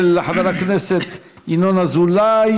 של חבר הכנסת ינון אזולאי,